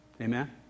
Amen